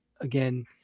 again